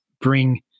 bring